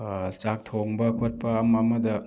ꯆꯥꯛ ꯊꯣꯡꯕ ꯈꯣꯠꯄ ꯑꯃ ꯑꯃꯗ